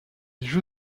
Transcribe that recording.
joue